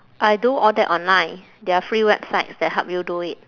I do all that online there are free websites that help you do it